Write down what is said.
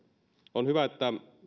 on hyvä että